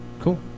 Cool